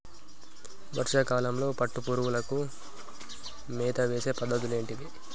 వర్షా కాలంలో పట్టు పురుగులకు మేత వేసే పద్ధతులు ఏంటివి?